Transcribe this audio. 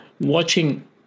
watching